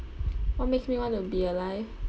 what makes me want to be alive